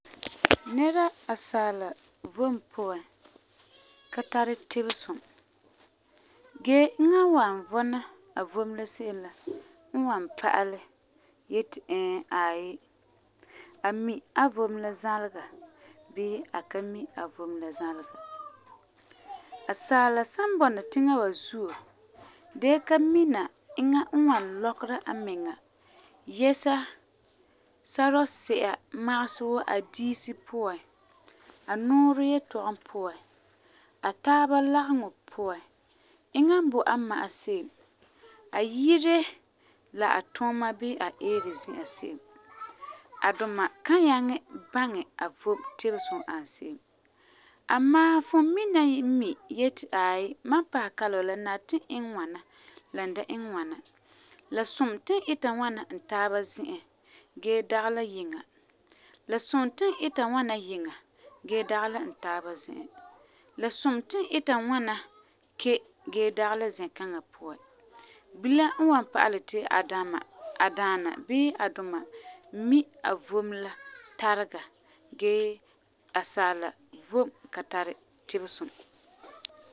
Nera asaala vom puan ka tari tibesum, gee eŋa n wan vɔna a vom la se'em la n wan pa'alɛ yeti ɛɛ aai a mi a vom la zalega bii a ka mi a vom la zalega. Asaala san bɔna tiŋa wa zuo dee ka mina eŋa n wan lɔkera amiŋa yɛsa sarɔsi'a magesɛ wuu a diisi puan, a nuurɛ yetɔgum puan, a taaba lagegɔ puan, eŋa n boi a ma'a se'em, a yire la a tuuma zi'an bii a eere zi'an se'em, a duma kan nyaŋɛ baŋɛ a vom tibesum n ani se'em. Amaa, fu mina n mi yeti aai mam n paɛ kalam wa la nari ti n iŋɛ ŋwana la n da iŋɛ ŋwana, la sum ti n ita ŋwana n taaba zi'an gee dagi la yiŋa. La sum ti n ita ŋwana yiŋa gee dagi la n taaba zi'an, la sum ti n ita ŋwana ke gee dagi la zɛkaŋa puan. Bilam n wan pa'alɛ ti a dama a duma bii mi a vom la tarega gee asaala vom ka tari tibesum.